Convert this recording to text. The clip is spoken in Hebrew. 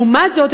לעומת זאת,